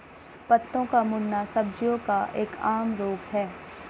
पत्तों का मुड़ना सब्जियों का एक आम रोग है